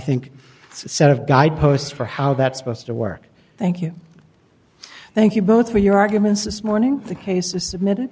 think set of guideposts for how that's supposed to work thank you thank you both for your arguments this morning the case is submitted